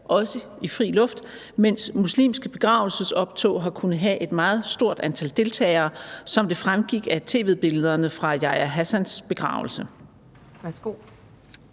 også i fri luft – mens muslimske begravelsesoptog har kunnet have et meget stort antal deltagere, som det fremgik af tv-billederne fra Yahya Hassans begravelse?